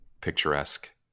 picturesque